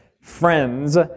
friends